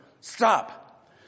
Stop